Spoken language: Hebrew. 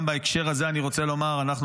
גם בהקשר הזה אני רוצה לומר שאנחנו